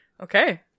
Okay